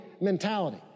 mentality